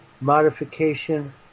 modification